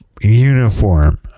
uniform